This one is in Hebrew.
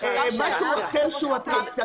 משהו אחר שהוא אטרקציה.